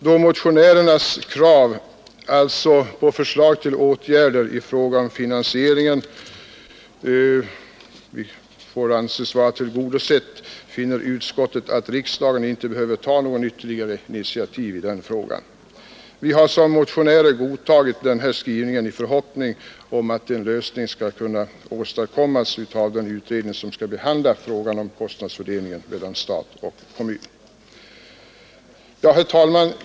Då motionärernas krav på förslag till åtgärder i fråga om finansieringen av bostadstilläggen således får anses tillgodosett finner utskottet att riksdagen inte behöver ta något ytterligare initiativ i denna fråga.” Vi har som motionärer godtagit den skrivningen i förhoppningen att en lösning skall kunna åstadkommas av den utredning som skall behandla frågan om kostnadsfördelningen mellan stat och kommun. Herr talman!